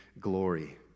glory